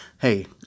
Hey